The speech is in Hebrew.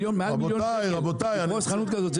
מעל מיליון שקל לפרוס חנות כזאת,